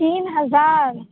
تین ہزار